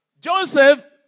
Joseph